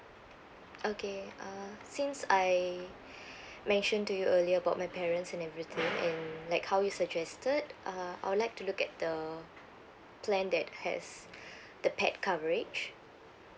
okay uh since I mentioned to you earlier about my parents and everything and like how you suggested uh I would like to look at the plan that has the pet coverage